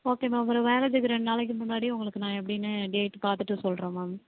okay ma'am உங்களுக்கு மேரேஜிக்கு ரெண்டு நாளைக்கு முன்னாடி உங்களுக்கு நான் எப்படின்னு டேட் பார்த்துட்டு சொல்கிறோம் மேம்